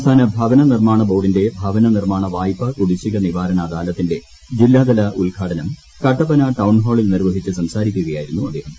സംസ്ഥാന ഭവന നിർമ്മാണ ബോർഡിന്റെ ഭവന നിർമ്മാണ വായ്പ കുടിശ്ശിക നിവാരണ അദാലത്തിന്റെ ജില്ലാതല ഉദ്ഘാടനം കട്ടപ്പന ടൌൺ ഹാളിൽ നിർവ്വഹിച്ച് സംസാരിക്കുകയായിരുന്നു അദ്ദേഹം